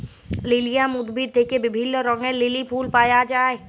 lilium উদ্ভিদ থেক্যে বিভিল্য রঙের লিলি ফুল পায়া যায়